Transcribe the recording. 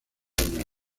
años